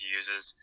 uses